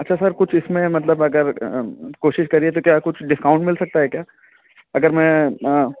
अच्छा सर कुछ इसमें मतलब अगर कोशिश करिए तो क्या कुछ डिस्काउंट मिल सकता है क्या अगर मैं